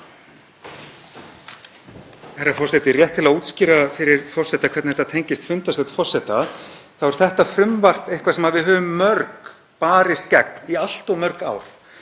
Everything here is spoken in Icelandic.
þá er þetta frumvarp eitthvað sem við höfum mörg barist gegn í allt of mörg ár,